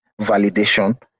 validation